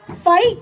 fight